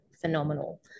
phenomenal